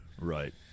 Right